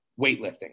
weightlifting